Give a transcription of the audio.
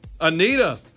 Anita